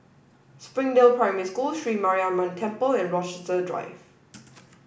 Springdale Primary School Sri Mariamman Temple and Rochester Drive